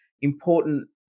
important